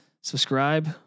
subscribe